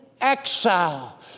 exile